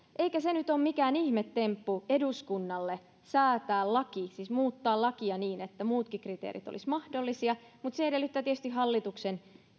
eikä se nyt ole mikään ihme temppu eduskunnalle säätää laki siis muuttaa lakia niin että muutkin kriteerit olisivat mahdollisia mutta se edellyttää tietysti hallituksen